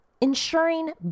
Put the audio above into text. ensuring